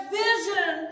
vision